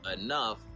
enough